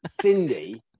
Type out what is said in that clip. Cindy